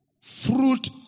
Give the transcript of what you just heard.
Fruit